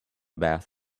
bath